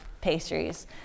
pastries